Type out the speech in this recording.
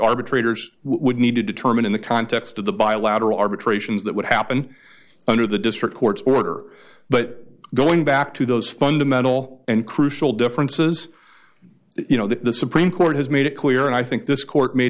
arbitrators would need to determine in the context of the bilateral arbitrations that would happen under the district court's order but going back to those fundamental and crucial differences you know that the supreme court has made it clear and i think this court made